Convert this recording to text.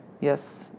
Yes